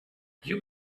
you